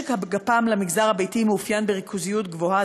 משק הגפ"מ למגזר הביתי מאופיין בריכוזיות גבוהה,